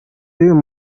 yuyu